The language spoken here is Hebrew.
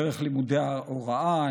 דרך לימודי ההוראה,